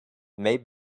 may